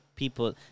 People